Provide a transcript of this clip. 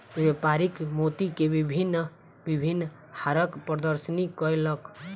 व्यापारी मोती के भिन्न भिन्न हारक प्रदर्शनी कयलक